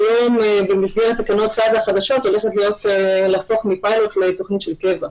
שבמסגרת התקנות החדשות הולכת להפוך מפיילוט לתוכנית של קבע.